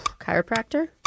Chiropractor